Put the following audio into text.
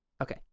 Okay